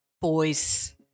boys